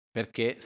Perché